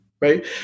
right